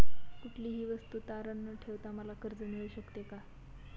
कुठलीही वस्तू तारण न ठेवता मला कर्ज मिळू शकते का?